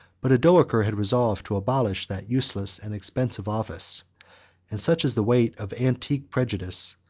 but odoacer had resolved to abolish that useless and expensive office and such is the weight of antique prejudice,